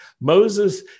Moses